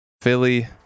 Philly